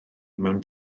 mewn